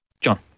John